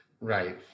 Right